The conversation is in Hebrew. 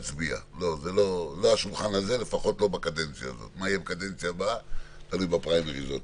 זה דווקא אותם בעלי עסקים שלא עומדים בקריטריונים.